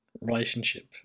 relationship